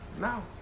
No